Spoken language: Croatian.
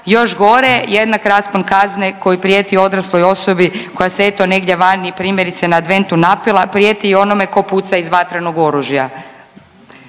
Još gore, jednak raspon kazne koji prijeti odrasloj osobi koja se eto, negdje vani, primjerice, na adventu napila, prijeti i onome tko puca iz vatrenog oružja.